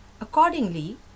Accordingly